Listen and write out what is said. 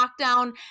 lockdown